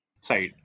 side